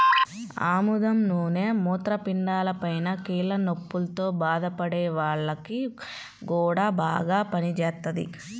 ఆముదం నూనె మూత్రపిండాలపైన, కీళ్ల నొప్పుల్తో బాధపడే వాల్లకి గూడా బాగా పనిజేత్తది